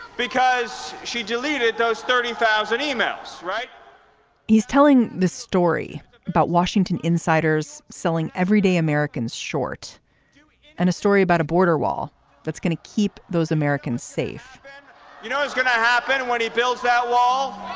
because she deleted those thirty thousand emails right he's telling the story about washington insiders selling everyday americans short and a story about a border wall that's going to keep those americans safe you know, it's going to happen when he fills that wall.